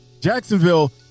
Jacksonville